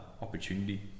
opportunity